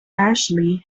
ashley